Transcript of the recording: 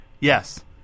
Yes